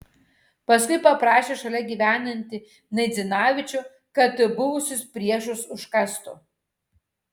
paskui paprašė šalia gyvenantį naidzinavičių kad buvusius priešus užkastų